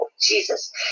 Jesus